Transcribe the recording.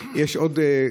היושב-ראש.